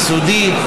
יסודי,